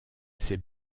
ces